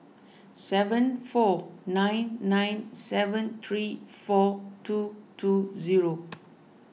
seven four nine nine seven three four two two zero